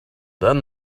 then